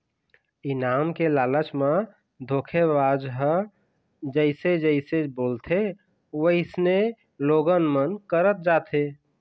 इनाम के लालच म धोखेबाज ह जइसे जइसे बोलथे वइसने लोगन मन करत जाथे